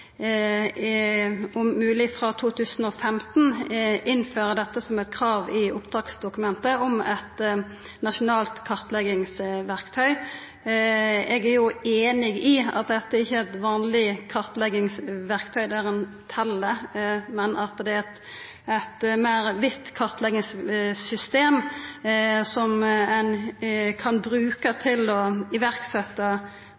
om at han, om mogleg frå 2015, vil innføra eit nasjonalt kartleggingsverktøy som eit krav i opptaksdokumentet. Eg er einig i at dette ikkje er eit vanleg kartleggingsverktøy der ein tel, men at det er eit meir vidt kartleggingssystem, som ein kan bruka